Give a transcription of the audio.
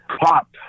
Pop